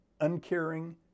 uncaring